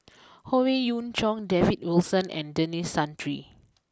Howe Yoon Chong David Wilson and Denis Santry